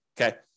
okay